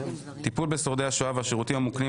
טיפול בשורדי השואה והשירותים המוקנים